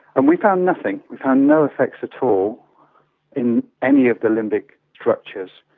and we found nothing, we found no effects at all in any of the limbic structures.